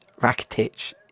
Rakitic